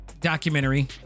documentary